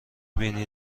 بینی